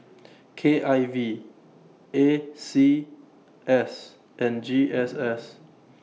K I V A C S and G S S